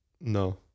No